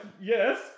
yes